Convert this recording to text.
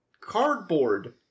cardboard